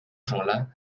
sola